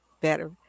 better